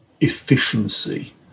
efficiency